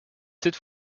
cette